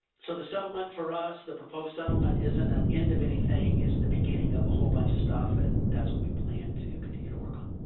so the settlement for us, the proposed settlement and end of anything, it's the beginning of a whole bunch of stuff and that's what we plan to continue to work on.